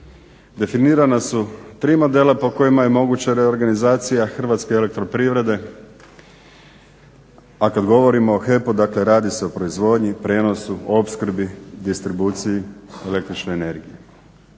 definirana su tri modela po kojima je moguća reorganizacija Hrvatske elektroprivrede, a kad govorimo o HEP-u, dakle radi se o proizvodnji, prijenosu, opskrbi, distribuciju električne energije.